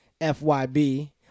FYB